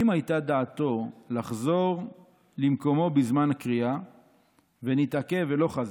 "אם הייתה דעתו לחזור למקומו בזמן קריאה ונתעכב ולא חזר"